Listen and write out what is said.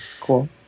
Cool